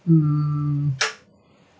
mm